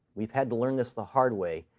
we've had to learn this the hard way,